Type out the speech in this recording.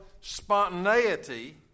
spontaneity